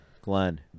Glenn